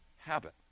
habit